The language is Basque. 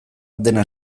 dena